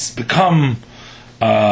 become